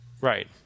right